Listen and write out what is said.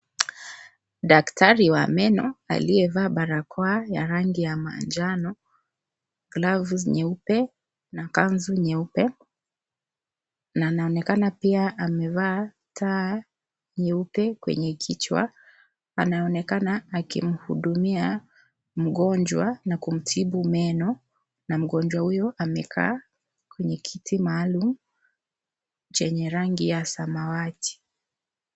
Daktari wa meno aliyevaa barakoa ya rangi ya manjano, glovu nyeupe na kanzu nyeupe, na anaonekana pia amevaa taa nyeupe kwenye kichwa, anaonekana akimhudumia mgonjwa, na kumtibu meno na mgonjwa huyo amekaa kwenye kiti maalum chenye rangi ya samawati.